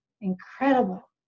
Incredible